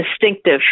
distinctive